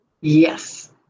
Yes